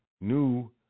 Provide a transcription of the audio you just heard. New